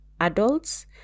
adults